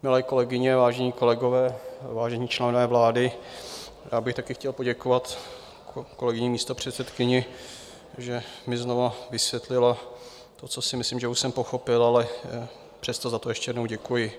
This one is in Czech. Milé kolegyně, vážení kolegové, vážení členové vlády, já bych také chtěl poděkovat kolegyni místopředsedkyni, že mi znova vysvětlila, co si myslím, že už jsem pochopil, ale přesto za to ještě jednou děkuji.